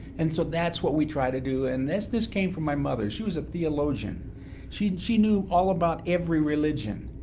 and so that's what we try to do. and this came from my mother. she was a theologian she she knew all about every religion.